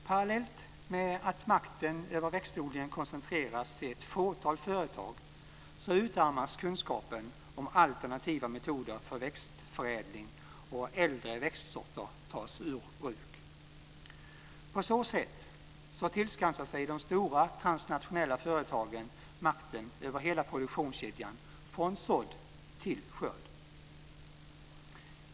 Parallellt med att makten över växtförädlingen koncentreras till ett fåtal företag utarmas kunskapen om alternativa metoder för växtförädling, och äldre växtsorter tas ur bruk. På så sätt tillskansar sig de stora transnationella företagen makten över hela produktionskedjan från sådd till skörd.